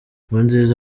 nkurunziza